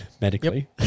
medically